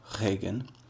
Regen